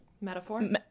metaphor